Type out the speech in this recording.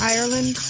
Ireland